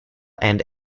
and